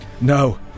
No